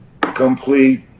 complete